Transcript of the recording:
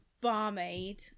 barmaid